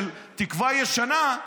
של תקווה ישנה,